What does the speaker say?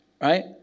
Right